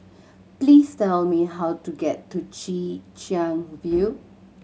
please tell me how to get to Chwee Chian View